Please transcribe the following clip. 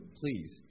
please